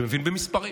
שהוא מבין במספרים.